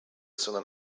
sondern